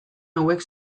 hauek